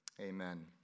amen